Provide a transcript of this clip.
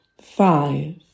Five